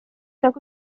nagu